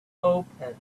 opened